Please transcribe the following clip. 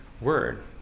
word